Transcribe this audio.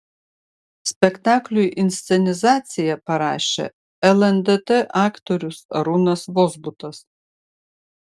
spektakliui inscenizaciją parašė lndt aktorius arūnas vozbutas